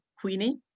Queenie